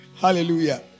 Hallelujah